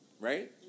right